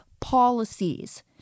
policies